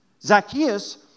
Zacchaeus